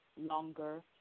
longer